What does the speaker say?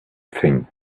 thing